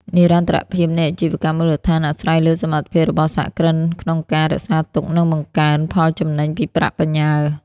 និរន្តរភាពនៃអាជីវកម្មមូលដ្ឋានអាស្រ័យលើសមត្ថភាពរបស់សហគ្រិនក្នុងការ "រក្សាទុក និងបង្កើន" ផលចំណេញពីប្រាក់បញ្ញើ។